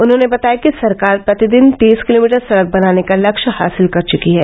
उन्होंने बताया कि सरकार प्रतिदिन तीस किलोमीटर सडक बनाने का लक्ष्य हासिल कर चुकी है